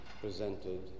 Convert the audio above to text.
presented